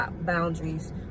boundaries